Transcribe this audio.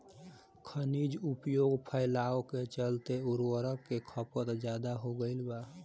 खनिज उपयोग फैलाव के चलते उर्वरक के खपत ज्यादा हो गईल बा